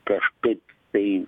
kažkaip tai